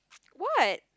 what